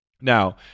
Now